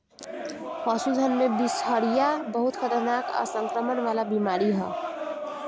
पशुधन में बिषहरिया बहुत खतरनाक आ संक्रमण वाला बीमारी ह